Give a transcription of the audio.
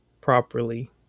properly